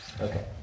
Okay